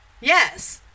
Yes